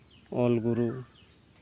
ᱚᱞᱜᱩᱨᱩ